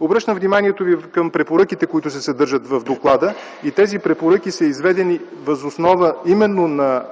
Обръщам вниманието ви към препоръките, които се съдържат в доклада. Тези препоръки са изведени въз основа именно на